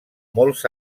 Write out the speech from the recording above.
molts